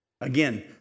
Again